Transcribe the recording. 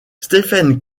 stephen